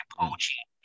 poaching